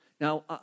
Now